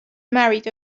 married